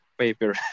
paper